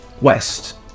west